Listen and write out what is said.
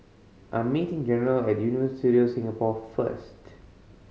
I'm meeting General at Universal Studios Singapore first